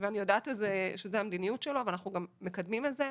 ואני יודעת שזו המדיניות שלו ואנחנו גם מקדמים את זה,